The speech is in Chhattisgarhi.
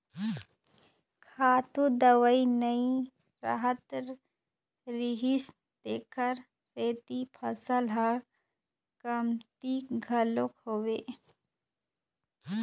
खातू दवई नइ रहत रिहिस तेखर सेती फसल ह कमती घलोक होवय